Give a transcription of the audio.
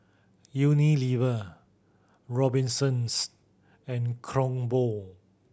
Unilever Robinsons and Kronenbourg